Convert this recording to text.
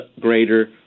greater